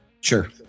sure